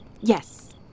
Yes